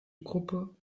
gruppe